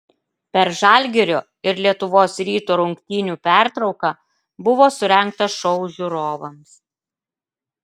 per žalgirio ir lietuvos ryto rungtynių pertrauką buvo surengtas šou žiūrovams